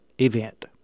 event